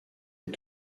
est